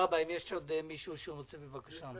בבקשה.